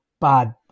bad